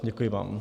Děkuji vám.